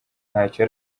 ntacyo